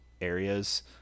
areas